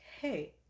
hey